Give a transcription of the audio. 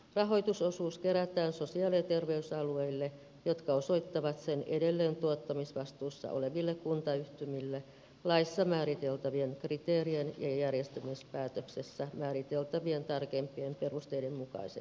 rahoitusosuus kerätään sosiaali ja terveysalueille jotka osoittavat sen edelleen tuottamisvastuussa oleville kuntayhtymille laissa määriteltävien kriteerien ja järjestämispäätöksessä määriteltävien tarkem pien perusteiden mukaisesti